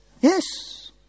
Yes